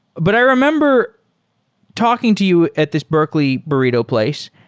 but i remember talking to you at this berkeley burrito place,